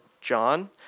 John